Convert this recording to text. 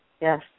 Yes